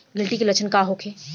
गिलटी के लक्षण का होखे?